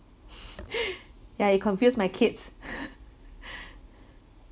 ya you confused my kids